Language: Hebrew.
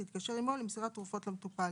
התקשר עמו למסירת תרופות למטופל,